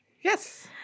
Yes